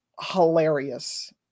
hilarious